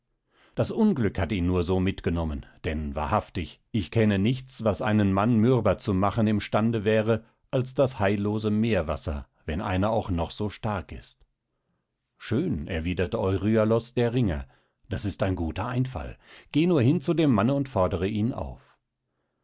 das unglück hat ihn nur so mitgenommen denn wahrhaftig ich kenne nichts was einen mann mürber zu machen im stände wäre als das heillose meerwasser wenn einer auch noch so stark ist schön erwiderte euryalos der ringer das ist ein guter einfall geh nur hin zu dem manne und fordere ihn auf